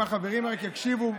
אם החברים רק יקשיבו,